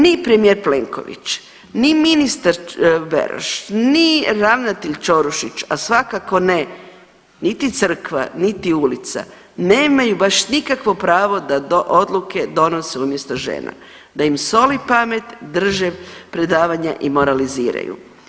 Ni premijer Plenković, ni ministar Beroš, ni ravnatelj Ćorušić, a svakako ne niti Crkva, niti ulica nemaju baš nikakvo pravo da odluke donose umjesto žena, da im soli pamet, drže predavanja i moraliziraju.